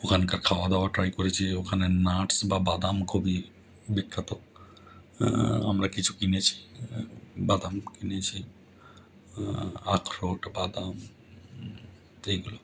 ওখানকার খাওয়া দাওয়া ট্রাই করেছি ওখানের নাটস বা বাদাম খুবই বিখ্যাত আমরা কিছু কিনেছি বাদাম কিনেছি আখরোট বাদাম এইগুলো